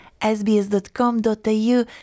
sbs.com.au